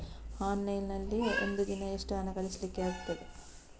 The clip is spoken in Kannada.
ಆನ್ಲೈನ್ ನಲ್ಲಿ ಒಂದು ದಿನ ಎಷ್ಟು ಹಣ ಕಳಿಸ್ಲಿಕ್ಕೆ ಆಗ್ತದೆ?